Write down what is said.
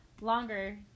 longer